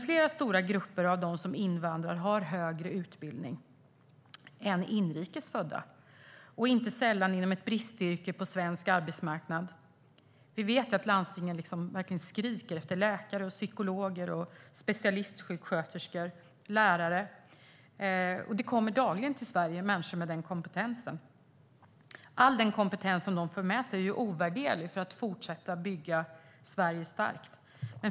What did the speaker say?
Flera stora grupper av dem som invandrar har högre utbildning än inrikes födda, inte sällan inom ett bristyrke på svensk arbetsmarknad. Vi vet att landstingen verkligen skriker efter läkare, psykologer, specialistsjuksköterskor och lärare. Det kommer dagligen till Sverige människor med den kompetensen. All den kompetens de för med sig är ovärderlig för att fortsätta att bygga Sverige starkt.